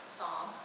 song